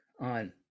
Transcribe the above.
On